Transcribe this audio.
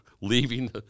leaving